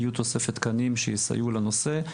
יהיו תוספת תקנים שיסייעו לנושא.